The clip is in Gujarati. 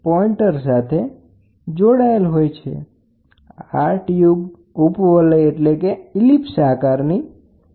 આ ટ્યુબ ઉપવલય આડછેડ ધરાવતી અને સી શેપમાં બનેલી હૉલો મેટલની ટ્યુબ હોય છે